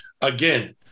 Again